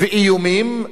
ואיומים,